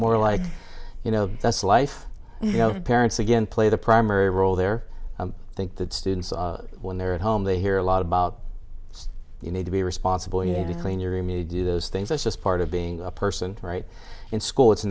more like you know that's life you know parents again play the primary role there i think that students when they're at home they hear a lot about you need to be responsible you clean your room you do those things i just part of being a person right in school it's